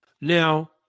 Now